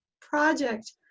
project